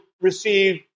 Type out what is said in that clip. receive